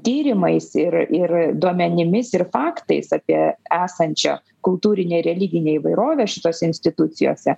tyrimais ir ir duomenimis ir faktais apie esančią kultūrinę religinę įvairovę šitose institucijose